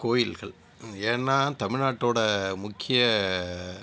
கோயில்கள் ஏன்னா தமிழ்நாட்டோடய முக்கிய